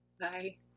Bye